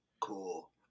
Cool